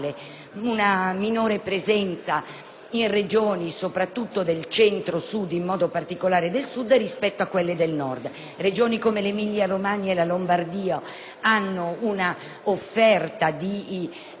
in Regioni soprattutto del Centro-Sud, in modo particolare del Sud, rispetto a quelle del Nord; Regioni come l'Emilia-Romagna e la Lombardia hanno un'offerta in numero di asili nido